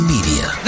Media